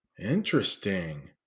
Interesting